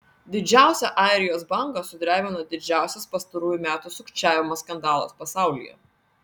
didžiausią airijos banką sudrebino didžiausias pastarųjų metų sukčiavimo skandalas pasaulyje